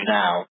now